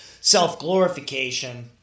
self-glorification